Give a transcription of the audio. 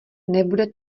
nebude